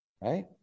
Right